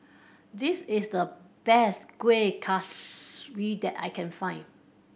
this is the best Kueh Kaswi that I can find